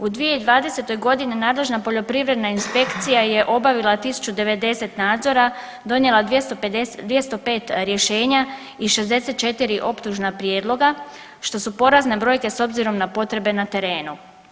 U 2020. g. nadležna poljoprivredna inspekcija je obavila 1090 nadzora, donijela 205 rješenja i 64 optužna prijedloga, što su porazne brojke s obzirom na potrebe na terenu.